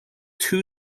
two